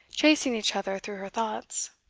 chasing each other through her thoughts.